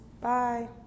bye